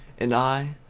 and i,